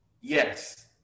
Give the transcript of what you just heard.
Yes